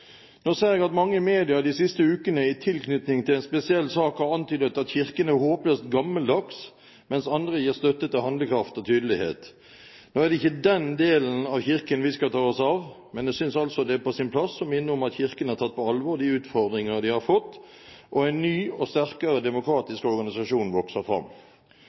Nå ser jeg at mange i media de siste ukene i tilknytning til en spesiell sak har antydet at Kirken er håpløst gammeldags, mens andre gir støtte til handlekraft og tydelighet. Nå er det ikke den delen av Kirken vi skal ta oss av, men jeg synes altså at det er på sin plass å minne om at Kirken har tatt på alvor de utfordringer de har fått, og en ny og sterkere demokratisk organisasjon vokser fram.